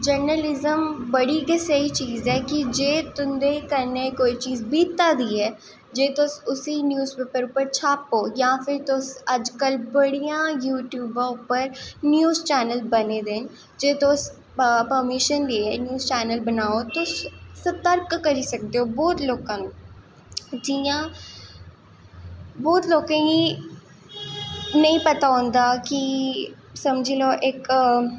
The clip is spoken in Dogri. जर्नलिज़म बड़ी गै स्हेई चीज़ ऐ जे तुंदे कन्नैं कोई चीज़ बीता दी ऐ जे तुस उसी न्यूज़ पेपर छापो जां तुस अज्ज कल बड़ियां न्यूज़ चैन्नल बने दे न तुस पर्मिशन लेईयै न्यूज़ चैन्नल बनाओ तुस संपर्क करी सकदे हो बौह्त लोकां नाल जियां बौह्त लोकें गी नेंई पता होंदा कि समझी लैओ इक